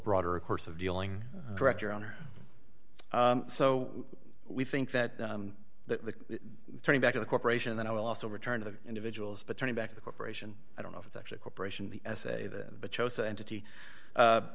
broader course of dealing direct your honor so we think that the turning back to the corporation then i will also return to the individuals but turning back to the corporation i don't know if it's actually a corporation the essay